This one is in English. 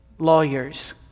lawyers